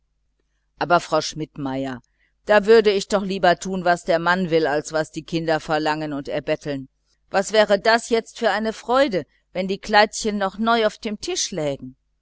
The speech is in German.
aber schmidtmeierin da würde ich doch lieber tun was der mann will als was die kinder verlangen und erbetteln was wäre das jetzt für eine freude wenn die kleidchen noch neu auf dem tisch lägen